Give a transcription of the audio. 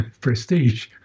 prestige